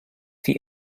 feet